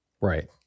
Right